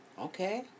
Okay